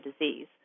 disease